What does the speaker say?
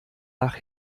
nach